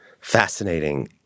fascinating